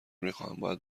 میخواهم، باید